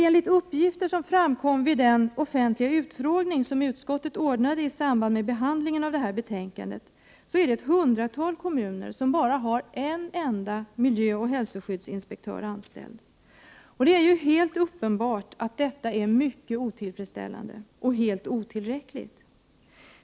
Enligt uppgifter som framkom vid den offentliga utfrågning som utskottet anordnade i samband med behandlingen av detta betänkande är det ett hundratal kommuner som bara har en enda miljöoch hälsoskyddsinspektör anställd. Det är helt uppenbart att detta är mycket otillfredsställande och helt otillräckligt.